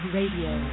Radio